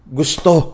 gusto